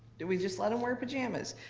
do we just let em wear pajamas?